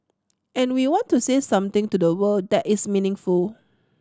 and we want to say something to the world that is meaningful